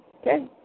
Okay